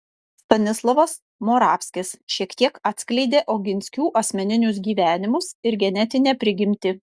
stanislovas moravskis šiek tiek atskleidė oginskių asmeninius gyvenimus ir genetinę prigimtį